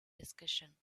discussion